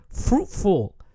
fruitful